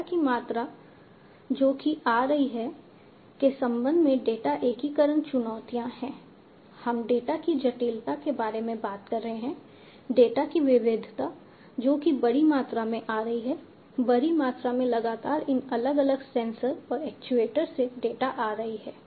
data की मात्रा जो कि आ रही हैं के संबंध में डेटा एकीकरण चुनौतियां हैं हम डेटा की जटिलता के बारे में बात कर रहे हैं डेटा की विविधता जो कि बड़ी मात्रा में आ रही है बड़ी मात्रा में लगातार इन अलग अलग सेंसर और एक्चुएटर से डेटा आ रही है